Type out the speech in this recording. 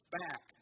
back